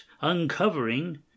uncovering